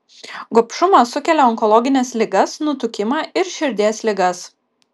gobšumas sukelia onkologines ligas nutukimą ir širdies ligas